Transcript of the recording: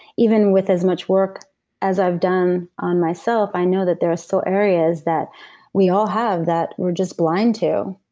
even with as much work as i've done on myself, i know that there are still areas that we all have that we're just blind to.